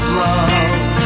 love